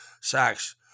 sacks